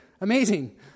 amazing